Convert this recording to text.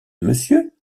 monsieur